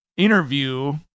Interview